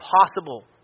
impossible